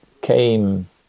came